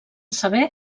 saber